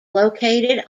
located